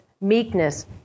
meekness